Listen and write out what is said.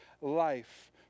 life